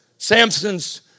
Samson's